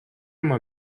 uma